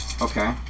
Okay